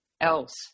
else